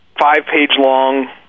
five-page-long